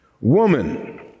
woman